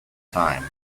time